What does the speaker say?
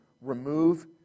Remove